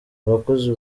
abakozi